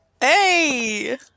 Hey